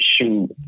shoot